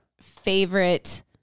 favorite